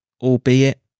Albeit